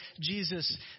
Jesus